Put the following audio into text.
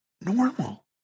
normal